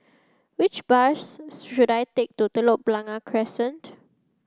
which bus should I take to Telok Blangah Crescent